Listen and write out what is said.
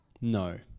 No